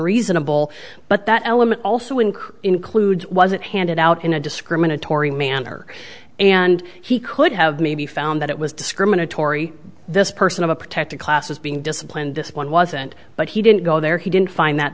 reasonable but that element also incur includes wasn't handed out in a discriminatory manner and he could have maybe found that it was discriminatory this person of a protected class was being disciplined this one wasn't but he didn't go there he didn't find that